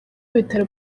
ibitaro